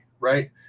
right